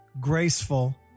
graceful